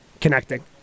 connecting